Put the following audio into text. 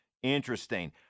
Interesting